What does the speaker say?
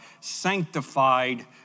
sanctified